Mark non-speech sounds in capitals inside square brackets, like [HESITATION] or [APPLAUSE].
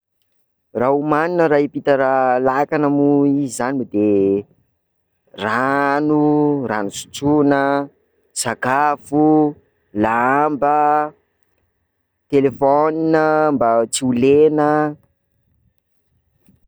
Raha omanina raha hiampita raha lakana moa izy zany de [HESITATION] ran- rano sotroina, sakafo, lamba, telefona mba tsy ho lena.